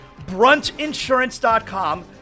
bruntinsurance.com